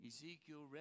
Ezekiel